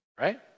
right